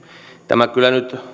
tämä kyllä nyt